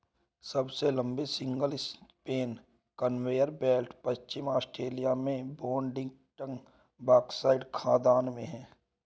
सबसे लंबी single span conveyor belt पश्चिमी ऑस्ट्रेलिया में बोडिंगटन बॉक्साइट खदान में है